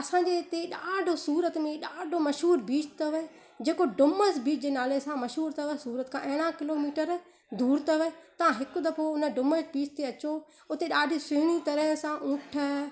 असांजे हिते ॾाढो सूरत में ॾाढो मशहूरु बीच अथव जेको डूमस बीच नाले सां मशहूरु अथव सूरत खां अरिड़ह किलोमीटर दूरि अथव तव्हां हिकु दफ़ो उन डूमस बीच ते अचो उते ॾाढी सुहिणी तरह सां ऊंठ